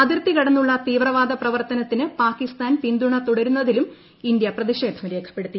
അതിർത്തി കടന്നുള്ള തീവ്രവാദ പ്രവർത്തനത്തിന് പാകിസ്ഥാൻ പിന്തുണ തുടരുന്നതിലും ഇന്ത്യ പ്രതിഷേധം രേഖപ്പെടുത്തി